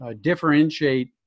differentiate